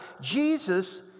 Jesus